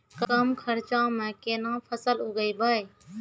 कम खर्चा म केना फसल उगैबै?